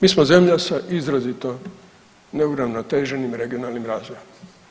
Mi smo zemlja sa izrazito neuravnoteženim regionalnim razvojem.